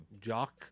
Jock